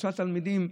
שלושה תלמידים,